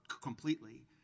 completely